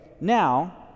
now